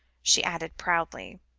she added proudly.